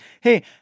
hey